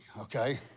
okay